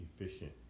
efficient